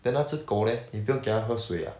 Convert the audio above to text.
then 那只狗 leh 你不用给它喝水 ah